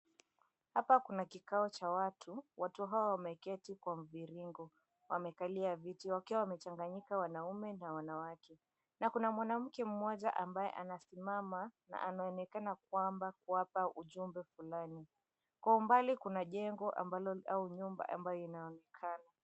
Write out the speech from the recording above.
Hapa Kuna kikao cha watu , watu hawa wameketi kwa mviringo wamekalia viti wakiwa wamechnganyika wanaume kwa wake na kuna mwanamke mmoja ambaye anasimama anaonekana kwamba kuwapa ujumbe huku ndani kwa mbali Kuna jengo au nyumba ambalo inaonekana.